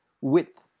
width